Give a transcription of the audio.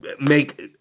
make